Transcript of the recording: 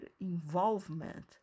involvement